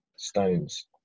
stones